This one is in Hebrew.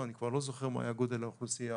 זה כמובן מפריע למי שלמוחרת עובדים.